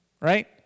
Right